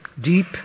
deep